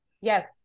Yes